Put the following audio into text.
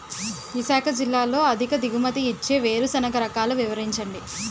విశాఖ జిల్లాలో అధిక దిగుమతి ఇచ్చే వేరుసెనగ రకాలు వివరించండి?